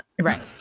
Right